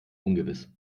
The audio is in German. ungewiss